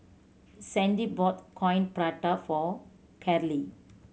Sandy bought Coin Prata for Karley